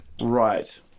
Right